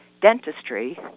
dentistry